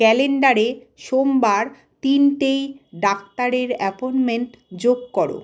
ক্যালেন্ডারে সোমবার তিনটেয় ডাক্তারের অ্যাপয়েনমেন্ট যোগ করো